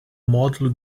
módulo